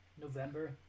November